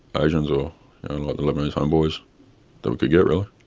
asians or the lebanese homeboys that we could get really.